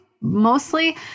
mostly